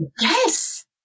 Yes